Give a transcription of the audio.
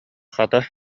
хата